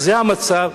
זה המצב.